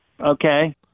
Okay